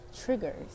Triggers